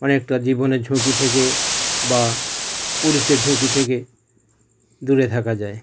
মানে একটা জীবনের ঝুঁকি থেকে বা পুলিশের ঝুঁকি থেকে দূরে থাকা যায়